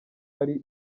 ari